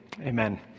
amen